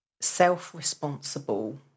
self-responsible